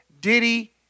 Diddy